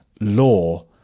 law